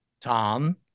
Tom